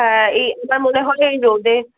হ্যাঁ এই এবার মনে হয় রোদে